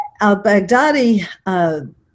al-Baghdadi